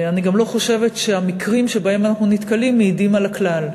אני גם לא חושבת שהמקרים שבהם אנחנו נתקלים מעידים על הכלל.